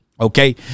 Okay